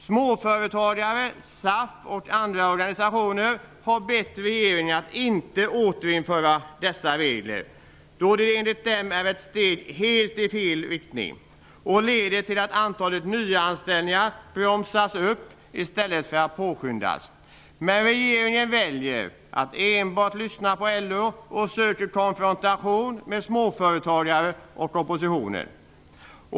Småföretagare, SAF och andra organisationer har bett regeringen att inte återinföra dessa regler, då det enligt dem är ett steg helt i fel riktning som leder till att nyanställningarna bromsas upp i stället för att påskyndas. Men regeringen väljer att enbart lyssna på LO och söker konfrontation med småföretagare och oppositionen.